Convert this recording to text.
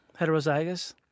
Heterozygous